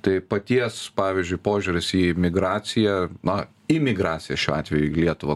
tai paties pavyzdžiui požiūris į migraciją na imigraciją šiuo atveju į lietuvą